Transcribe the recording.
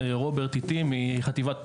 ונמצא פה רוברט מחטיבת הפיתוח.